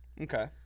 Okay